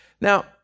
Now